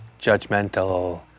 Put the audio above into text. judgmental